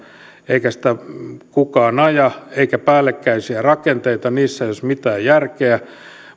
eikä sitä kukaan aja eikä päällekkäisiä rakenteita niissä ei olisi mitään järkeä